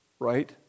Right